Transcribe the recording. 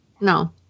No